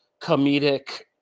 comedic